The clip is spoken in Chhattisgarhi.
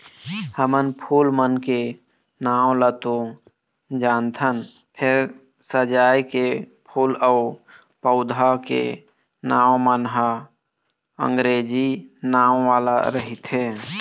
हमन फूल मन के नांव ल तो जानथन फेर सजाए के फूल अउ पउधा के नांव मन ह अंगरेजी नांव वाला रहिथे